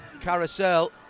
Carousel